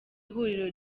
ihuriro